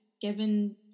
given